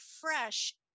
fresh